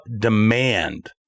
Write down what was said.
demand